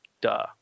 duh